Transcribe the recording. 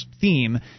theme